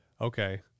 Okay